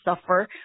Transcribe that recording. suffer